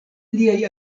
liaj